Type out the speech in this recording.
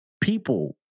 people